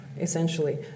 Essentially